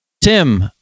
Tim